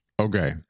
Okay